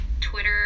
Twitter